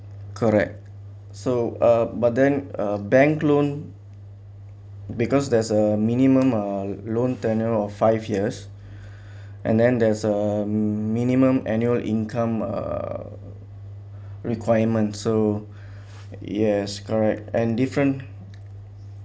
correct so uh but then uh bank loan because there's a minimum uh loan tenure of five years and then there's a minimum annual income uh requirements so yes correct and different